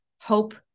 hope